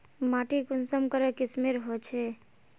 माटी कुंसम करे किस्मेर होचए?